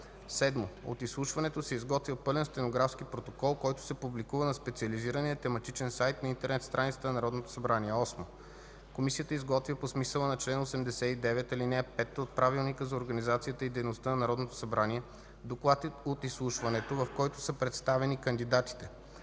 7. От изслушването се изготвя пълен стенографски протокол, който се публикува на специализирания тематичен сайт на интернет страницата на Народното събрание. 8. Комисията изготвя по смисъла на чл. 89, ал. 5 от Правилника за организацията и дейността на Народното събрание доклад от изслушването, в който са представени кандидатите.